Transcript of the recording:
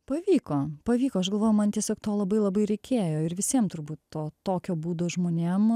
pavyko pavyko aš galvoju man tiesiog to labai labai reikėjo ir visiem turbūt to tokio būdo žmonėm